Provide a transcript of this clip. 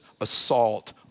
assault